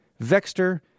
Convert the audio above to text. Vexter